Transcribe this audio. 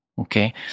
Okay